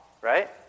right